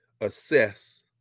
assess